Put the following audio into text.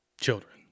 children